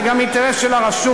זה גם אינטרס של הרשות.